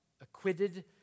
acquitted